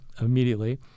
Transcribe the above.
immediately